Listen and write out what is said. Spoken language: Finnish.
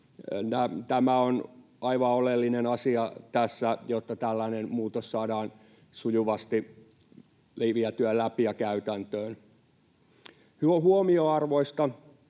Tämä on aivan oleellinen asia tässä, jotta tällainen muutos saadaan sujuvasti läpi vietyä läpi ja käytäntöön. Huomionarvoista